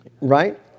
Right